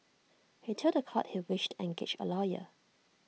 he told The Court he wished to engage A lawyer